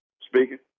Speaking